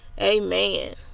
Amen